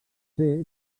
ser